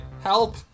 Help